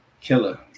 killer